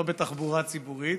לא בתחבורה ציבורית.